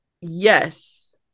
yes